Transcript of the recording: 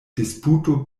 disputu